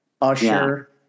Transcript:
Usher